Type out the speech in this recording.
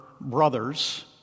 brothers